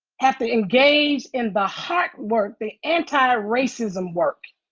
have to engage in the heart work, the antiracism work,